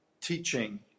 teaching